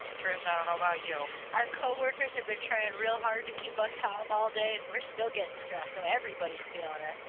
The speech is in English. trish i don't know about you. our co-workers have been trying real hard to keep us calm all day and we're still getting stressed so everybody's feeling it.